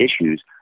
issues